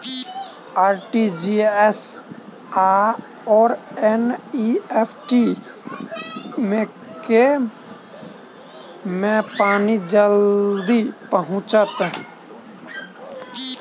RTGS आओर NEFT मे केँ मे पानि जल्दी पहुँचत